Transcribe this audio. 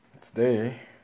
Today